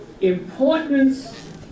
importance